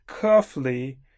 carefully